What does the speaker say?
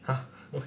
!huh!